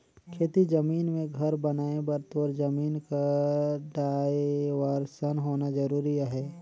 खेती जमीन मे घर बनाए बर तोर जमीन कर डाइवरसन होना जरूरी अहे